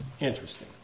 Interesting